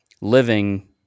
living